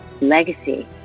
Legacy